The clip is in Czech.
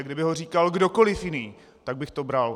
Kdyby ho říkal kdokoliv jiný, tak bych to bral.